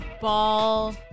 Ball